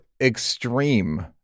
extreme